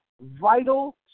vital